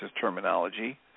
terminology